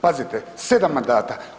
Pazite, 7 mandata.